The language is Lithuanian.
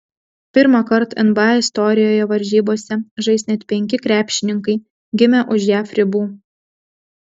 pirmąkart nba istorijoje varžybose žais net penki krepšininkai gimę už jav ribų